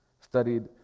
studied